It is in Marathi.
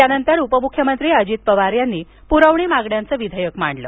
यानंतर उपमुख्यमंत्री अजित पवार यांनी पुरवणी मागण्यांचे विधेयक मांडले